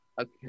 Okay